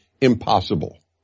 impossible